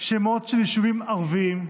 שמות של יישובים ערביים?